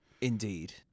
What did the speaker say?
Indeed